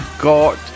got